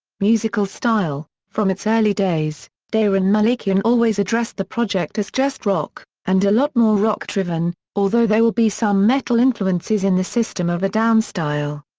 musical style from its early days, daron and malakian always addressed the project as just rock, and a lot more rock driven, although there will be some metal influences in the system of a down style.